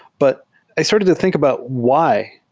but i started to think about why.